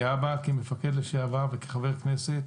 כאבא, כמפקד לשעבר וכחבר כנסת,